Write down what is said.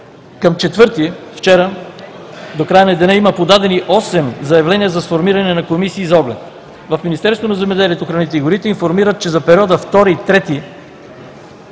юли 2017 г., вчера, до края на деня има подадени осем заявления за сформиране на комисии за оглед. В Министерство на земеделието, храните и горите информират, че за периода 2 и